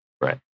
Right